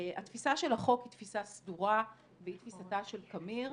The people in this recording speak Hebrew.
התפיסה היא תפיסה סדורה והיא תפיסתה של קמיר.